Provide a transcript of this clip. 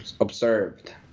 observed